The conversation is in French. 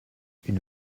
une